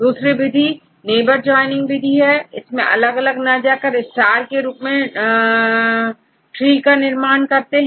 दूसरी विधि neighbour joining विधि है इस विधि में हम अलग अलग ना जाकर स्टार के समान ट्रीका निर्माण करते हैं